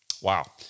Wow